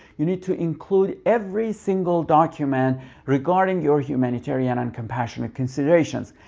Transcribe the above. you need to include every single document regarding your humanitarian and compassionate considerations.